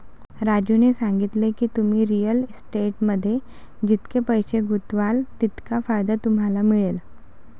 राजूने सांगितले की, तुम्ही रिअल इस्टेटमध्ये जितके पैसे गुंतवाल तितका फायदा तुम्हाला मिळेल